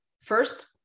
first